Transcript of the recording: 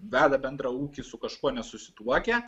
veda bendrą ūkį su kažkuo nesusituokę